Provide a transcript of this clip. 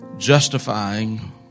justifying